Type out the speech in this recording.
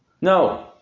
No